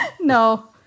No